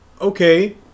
Okay